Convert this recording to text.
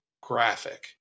graphic